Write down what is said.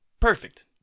perfect